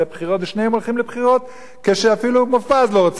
ושניהם הולכים לבחירות כשאפילו מופז לא רוצה בחירות.